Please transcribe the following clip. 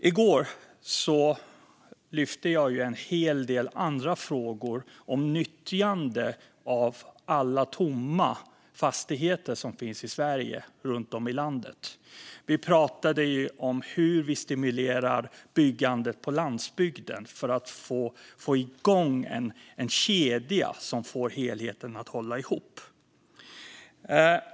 I går tog jag upp en hel del andra frågor om nyttjande av alla tomma fastigheter som finns runt om i Sverige. Vi pratade om hur vi stimulerar byggandet på landsbygden för att få igång en kedja som får helheten att hålla ihop.